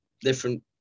different